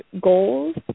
goals